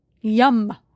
Yum